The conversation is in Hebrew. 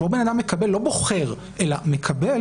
שבו בן אדם מקבל לא בוחר אלא מקבל